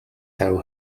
have